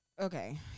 Okay